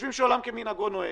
וחושבים שעולם כמנהגו נוהג.